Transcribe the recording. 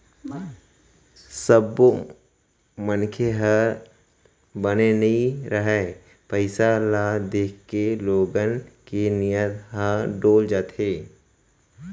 सब्बो मनखे ह बने नइ रहय, पइसा ल देखके लोगन के नियत ह डोल जाथे